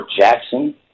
Jackson